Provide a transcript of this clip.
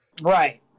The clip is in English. Right